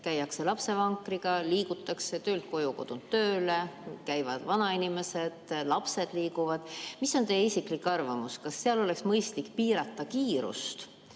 käiakse lapsevankriga, liigutakse töölt koju ja kodunt tööle, käivad vanainimesed, liiguvad lapsed. Mis on teie isiklik arvamus, kas seal oleks mõistlik piirata kiirust